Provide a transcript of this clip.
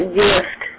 gift